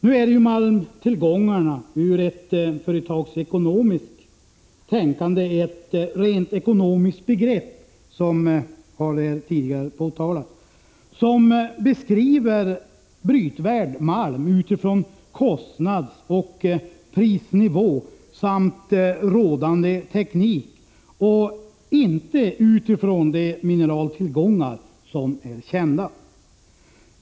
Nu är ju malmtillgångarna från företagsekonomisk synpunkt ett rent ekonomiskt begrepp, som tidigare påtalats, som beskriver brytvärd malm med utgångspunkt i kostnadsoch prisnivå samt rådande teknik och inte med hänsyn till de mineraltillgångar som är kända.